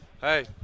Hey